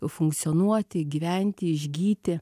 funkcionuoti gyventi išgyti